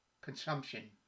consumption